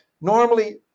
Normally